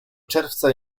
czerwca